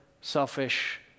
selfish